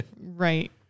Right